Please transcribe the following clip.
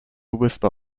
whisper